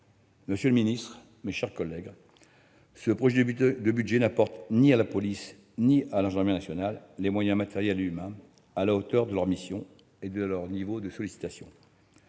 Monsieur le secrétaire d'État, mes chers collègues, le projet de budget n'apporte ni à la police ni à la gendarmerie nationale les moyens, matériels et humains à la hauteur de leurs missions et de leur niveau de sollicitation.